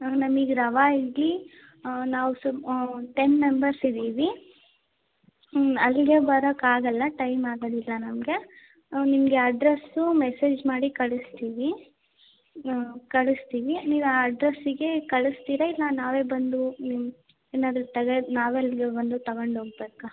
ಹಾಂ ನಮಿಗೆ ರವೆ ಇಡ್ಲಿ ನಾವು ಸು ಟೆನ್ ಮೆಂಬರ್ಸ್ ಇದ್ದೀವಿ ಅಲ್ಲಿಗೆ ಬರಕ್ಕೆ ಆಗೋಲ್ಲ ಟೈಮ್ ಆಗೋದಿಲ್ಲ ನಮಗೆ ನಿಮಗೆ ಅಡ್ರೆಸ್ಸು ಮೆಸೇಜ್ ಮಾಡಿ ಕಳಿಸ್ತೀವಿ ಕಳಿಸ್ತೀವಿ ನೀವು ಆ ಅಡ್ರೆಸ್ಸಿಗೆ ಕಳಿಸ್ತೀರಾ ಇಲ್ಲ ನಾವೇ ಬಂದು ನಿಮ್ಮ ಏನಾದರೂ ತಗೊ ನಾವೇ ಅಲ್ಲಿಗೆ ಬಂದು ತಗಂಡು ಹೋಗ್ಬೇಕ